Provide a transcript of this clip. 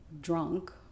drunk